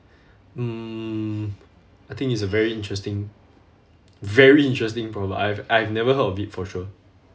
mm I think it's a very interesting very interesting proverb I've I've never heard of it for sure